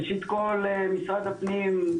ראשית כל משרד הפנים,